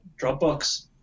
Dropbox